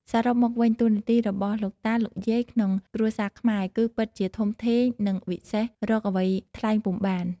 សរុបមកវិញ តួនាទីរបស់លោកតា លោកយាយក្នុងគ្រួសារខ្មែរគឺពិតជាធំធេង និងវិសេសរកអ្វីថ្លែងពុំបាន។